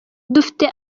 dufite